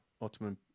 Ottoman